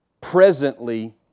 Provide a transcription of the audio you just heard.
presently